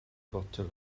fotel